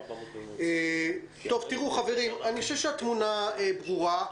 אני חושב שהתמונה ברורה.